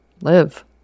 live